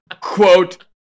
Quote